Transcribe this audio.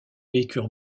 vécurent